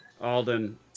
Alden